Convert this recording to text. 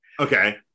Okay